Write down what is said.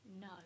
no